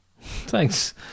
Thanks